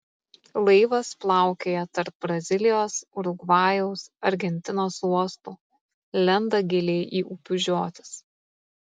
laivas plaukioja tarp brazilijos urugvajaus argentinos uostų lenda giliai į upių žiotis